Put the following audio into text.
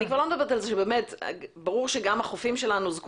אני כבר לא מדברת על זה שברור שהחופים שלנו גם זקוקים,